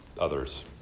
others